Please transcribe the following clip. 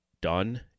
done